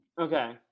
Okay